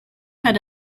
had